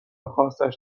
خاصش